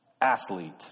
athlete